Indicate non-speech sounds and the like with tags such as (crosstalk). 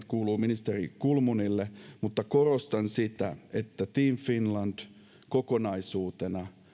(unintelligible) kuuluu ministeri kulmunille mutta korostan sitä että team finland kokonaisuutena